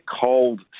cold